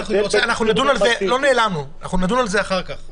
אנחנו נדון על זה אחר כך.